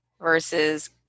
versus